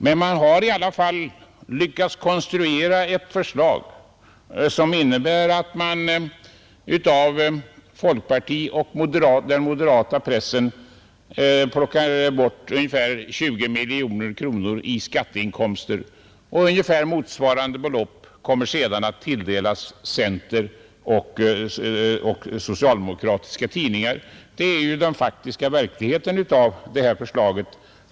Men man har i alla fall lyckats konstruera ett förslag som innebär att man från den folkpartistiska och den moderata pressen plockar bort ungefär 20 miljoner kronor i skatteinkomster, och ungefär motsvarande belopp kommer sedan att tilldelas centerpartistiska och socialdemokratiska tidningar. Det är den faktiska verkligheten badom detta förslag.